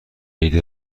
عید